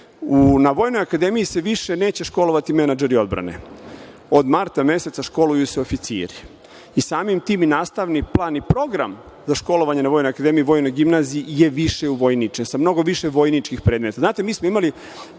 Na Vojnoj akademiji se više neće školovati menadžeri odbrane. Od marta meseca školuju se oficiri i samim tim i nastavni plan i program za školovanje na Vojnoj akademiji, Vojnoj gimnaziji je više uvojničen, sa mnogo više vojničkih predmeta. Znate,